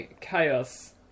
Chaos